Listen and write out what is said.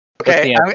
Okay